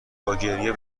باگریه